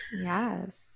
Yes